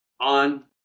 on